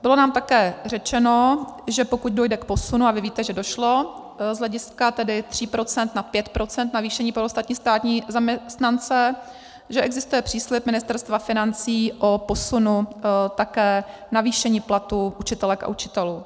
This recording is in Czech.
Bylo nám také řečeno, že pokud dojde k posunu a vy víte, že došlo z hlediska tedy 3 procent na 5 procent navýšení pro ostatní státní zaměstnance, že existuje příslib Ministerstva financí o posunu také navýšení platů učitelek a učitelů.